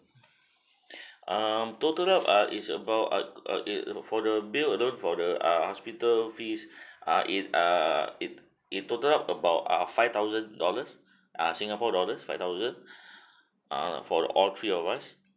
um total up uh is about uh uh it for the bill for the hospital fees are it err it it total up about uh five thousand dollars ah singapore dollars five thousand uh for the all three of us